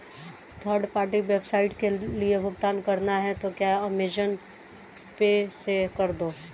third party website के लिए भुगतान करना है तो क्या अमेज़न पे से कर दो